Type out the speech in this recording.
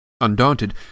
Undaunted